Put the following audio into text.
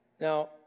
Now